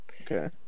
Okay